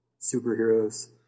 superheroes